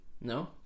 No